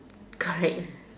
got it